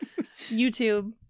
youtube